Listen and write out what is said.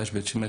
לדעתי זה